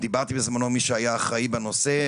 דיברתי בזמנו עם מי שהיה אחראי בנושא,